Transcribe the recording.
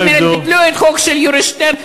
זאת אומרת, ביטלו את החוק של יורי שטרן.